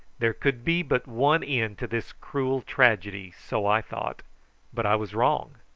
there could be but one end to this cruel tragedy, so i thought but i was wrong.